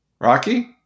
Rocky